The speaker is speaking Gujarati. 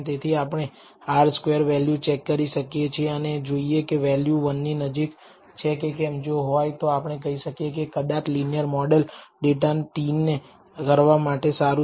તેથી આપણે R સ્ક્વેર વેલ્યુ ચેક કરી શકીએ છીએ અને જોઈએ કે વેલ્યુ 1 ની નજીક છે કે કેમ જો હોય તો આપણે કહી શકીએ કે કદાચ લિનિયર મોડલ ડેટા ને t કરવા માટે સારું છે